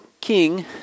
king